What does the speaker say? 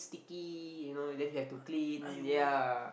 sticky you know then you have to clean yea